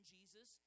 Jesus